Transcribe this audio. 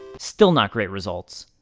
still not great results.